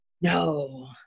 No